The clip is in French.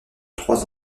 trois